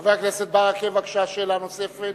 חבר הכנסת ברכה, בבקשה, שאלה נוספת.